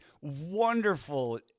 wonderful